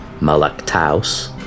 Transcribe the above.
Malaktaus